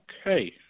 Okay